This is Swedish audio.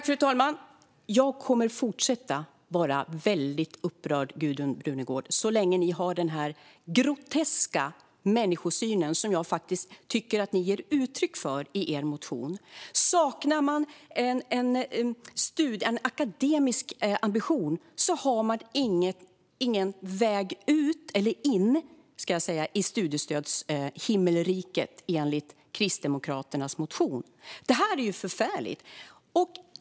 Fru talman! Jag kommer att fortsätta att vara väldigt upprörd så länge ni har denna groteska människosyn, Gudrun Brunegård. Den tycker jag att ni ger uttryck för i er motion. Saknar man en akademisk ambition har man ingen väg in i studiestödshimmelriket, enligt Kristdemokraternas motion. Det är ju förfärligt!